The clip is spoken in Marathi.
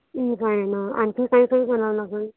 ठीक आहे ना आणखी काय काय करावं लागेल